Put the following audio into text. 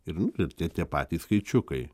ir nu tie tie tie patys skaičiukai